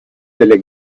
delle